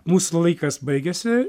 mūsų laikas baigiasi